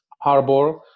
harbor